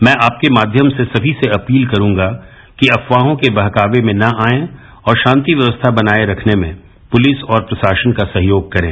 मै आपके माध्यम से सभी से अपील करूंगा कि अफवाहों के बहकावे में न आयें और शान्ति व्यक्तथा बनाए रखने में पुलिस और प्रशासन का सहयोग करें